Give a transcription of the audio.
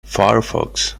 firefox